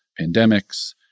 pandemics